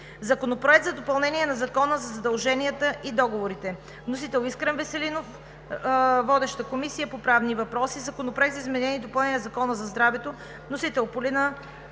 Законопроект за допълнение на Закона за задълженията и договорите. Вносител – Искрен Веселинов. Водеща е Комисията по правни въпроси. Законопроект за изменение и допълнение на Закона за здравето. Вносител – Полина Христова